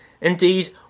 Indeed